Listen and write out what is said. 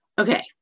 Okay